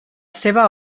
seva